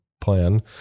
plan